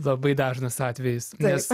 labai dažnas atvejis nes